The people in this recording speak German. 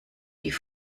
die